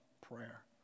prayer